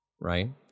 right